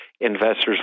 investors